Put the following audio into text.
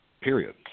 period